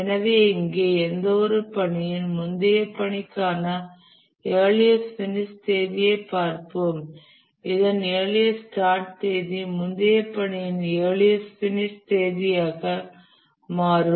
எனவே இங்கே எந்தவொரு பணியின் முந்தைய பணிக்கான இயர்லியஸ்ட் பினிஷ் தேதியைப் பார்ப்போம் இதன் இயர்லியஸ்ட் ஸ்டார்ட் தேதி முந்தைய பணியின் இயர்லியஸ்ட் பினிஷ் தேதியாக மாறும்